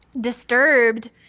disturbed